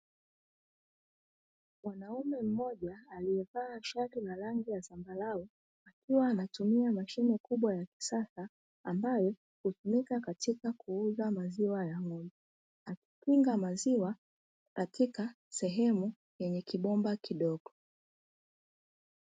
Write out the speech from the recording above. Mwanaume mmoja aliyevaa shati la rangi ya zambarau akiwa anatumia mashine kubwa ya kisasa, ambayo hutumika katika kuuza maziwa ya ng'ombe akikinga maziwa katika sehemu yenye kibomba kidogo.